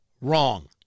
wrong